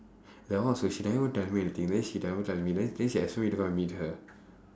that one also she never even tell me anything then she never tell me then then she expect me to come and meet her